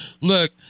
Look